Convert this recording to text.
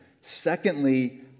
Secondly